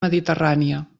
mediterrània